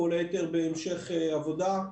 כל היתר בהמשך עבודה.